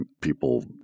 people